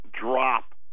drop